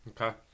Okay